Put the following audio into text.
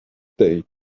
day